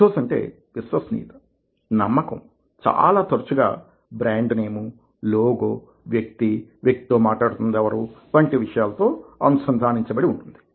ethos అంటే విశ్వసనీయత నమ్మకం చాలా తరుచుగా బ్రాండ్ నేమ్లోగోవ్యక్తివ్యక్తి తో మాట్లాడుతన్నది ఎవరు వంటి విషయాలతో అనుసంధానించ బడివుంటుంది